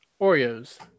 Oreos